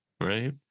Right